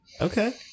okay